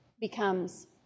becomes